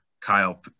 Kyle